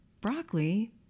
broccoli